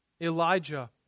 Elijah